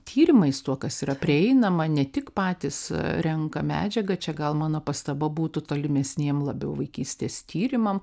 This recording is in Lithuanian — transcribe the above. tyrimais tuo kas yra prieinama ne tik patys renka medžiagą čia gal mano pastaba būtų tolimesniem labiau vaikystės tyrimam